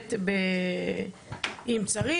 נלחמת אם צריך.